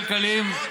כלכליים,